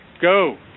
Go